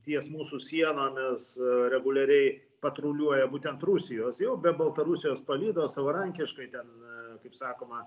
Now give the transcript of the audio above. ties mūsų sienomis reguliariai patruliuoja būtent rusijos jau be baltarusijos palydos savarankiškai ten kaip sakoma